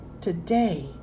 Today